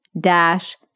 dash